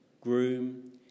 groom